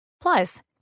Plus